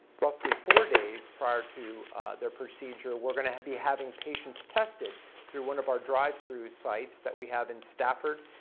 roughly four days prior to their procedure we're going to be having patients tested through one of our drive-thru sites that we have in stafford,